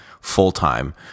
full-time